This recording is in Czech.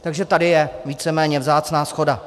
Takže tady je víceméně vzácná shoda.